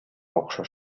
окшош